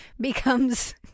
becomes